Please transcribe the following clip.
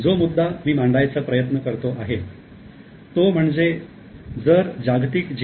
जो मुद्दा मी मांडायचा प्रयत्न करतो आहे तो म्हणजे जर जागतिक जी